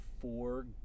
four